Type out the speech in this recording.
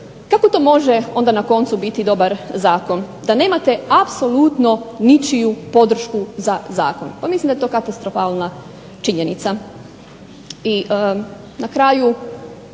Kako to može onda na koncu biti dobar zakon, da nemate apsolutnu ničiju podršku za zakon. Pa mislim da je to katastrofalna činjenica.